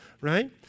right